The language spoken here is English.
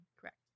Correct